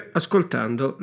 ascoltando